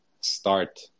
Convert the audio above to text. start